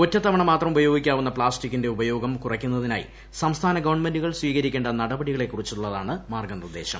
ഒറ്റത്തവണ മാത്രം ഉപയോഗിക്കാവുന്ന പ്ലാസ്റ്റിക്കിന്റെ ഉപയോഗം കുറയ്ക്കുന്നതിനായി സംസ്ഥാന ഗവൺമെന്റുകൾ സ്വീകരിക്കേണ്ട നടപടികളെക്കുറിച്ചുള്ളതാണ് മാർഗ്ഗനിർദ്ദേശം